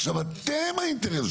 עכשיו, אתם האינטרס.